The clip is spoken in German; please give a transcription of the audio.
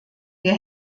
wir